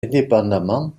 indépendamment